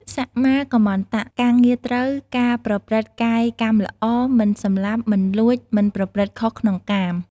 សម្មាកម្មន្តៈ ការងារត្រូវ ការប្រព្រឹត្តកាយកម្មល្អ មិនសម្លាប់ មិនលួច មិនប្រព្រឹត្តខុសក្នុងកាម។